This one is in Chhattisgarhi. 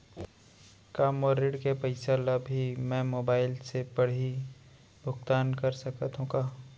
का मोर ऋण के पइसा ल भी मैं मोबाइल से पड़ही भुगतान कर सकत हो का?